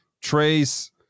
Trace